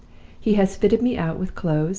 he has fitted me out with clothes,